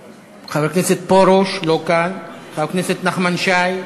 כאן, חבר הכנסת פרוש, לא כאן, חבר הכנסת נחמן שי.